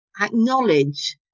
acknowledge